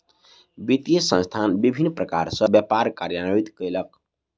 वित्तीय संस्थान विभिन्न प्रकार सॅ व्यापार कार्यान्वित कयलक